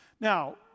Now